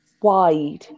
wide